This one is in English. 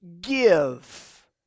give